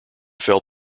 felt